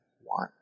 one